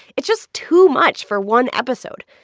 it's just too much for one episode.